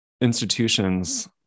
institutions